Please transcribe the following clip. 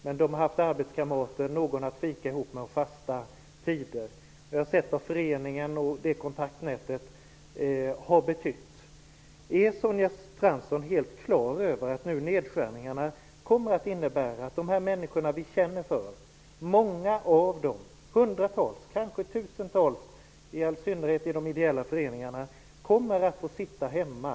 Men de har haft arbetskamrater, någon att fika ihop med och fasta tider. Jag har sett vad föreningen och det kontaktnätet har betytt. Är Sonja Fransson helt klar över att nedskärningarna nu kommer att innebära att många av dessa människor som vi känner för, hundratals av dem, kanske tusentals, i all synnerhet i de ideella föreningarna, kommer att få sitta hemma?